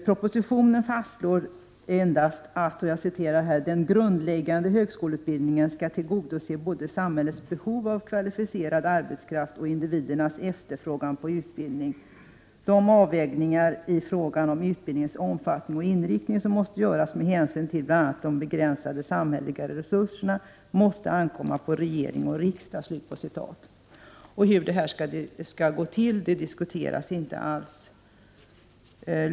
Propositionen fastslår endast att ”den grundläggande högskoleutbildningen skall tillgodose både samhällets behov av kvalificerad arbetskraft och individernas efterfrågan på utbildning. De avvägningar i fråga om utbildningens omfattning och inriktning, som måste göras med hänsyn till bl.a. de begränsade samhälleliga resurserna måste ankomma på regering och riksdag”. Hur detta skall gå till diskuteras inte alls.